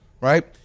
right